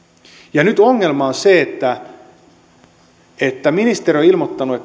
nyt ongelma on se että että ministeri on ilmoittanut